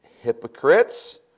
hypocrites